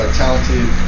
talented